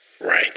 Right